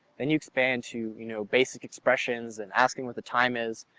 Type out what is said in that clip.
then you expand to you know basic expressions and asking what the time is,